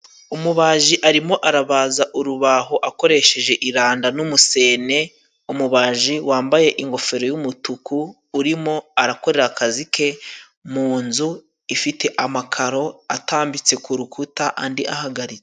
Umubaji arimo arabaza urubaho akoresheje iranda n'umusene, umubaji wambaye ingofero y'umutuku urimo arakorera akazi ke mu nzu ifite amakaro atambitse ku rukuta andi ahagaritse.